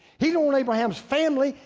he didn't want abraham's family.